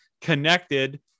connected